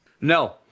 No